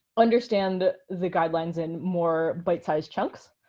understand the guidelines in more bite-sized chunks,